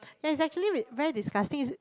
yea it's actually v~ very disgusting is